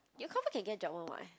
you confirm can get job [one] what